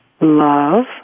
love